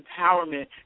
empowerment